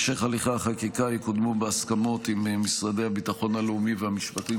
בהמשך הליכי החקיקה יקודמו בהסכמות עם משרדי הביטחון הלאומי והמשפטים,